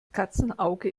katzenauge